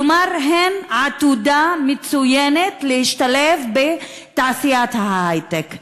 כלומר הן עתודה מצוינת להשתלב בתעשיית ההיי-טק,